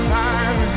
time